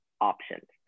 options